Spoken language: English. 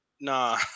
Nah